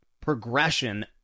progression